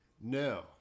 No